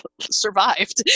survived